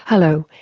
hello,